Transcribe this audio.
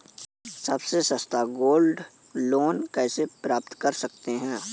सबसे सस्ता gold loan कैसे प्राप्त कर सकते हैं?